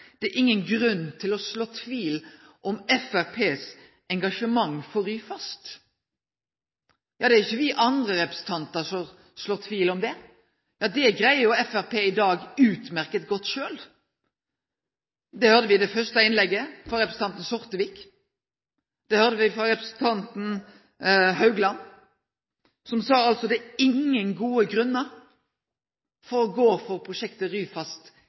det er ingen grunn til å så tvil om Framstegspartiets engasjement for Ryfast. Det er ikkje vi andre representantane som sår tvil om det, det greier Framstegspartiet utmerkt godt sjølv i dag. Det hørte me i det første innlegget frå representanten Sortevik, og det hørte me frå representanten Haugland, som sa at det er ingen gode grunnar til å gå for